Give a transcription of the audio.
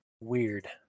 Weird